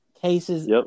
cases